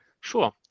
Sure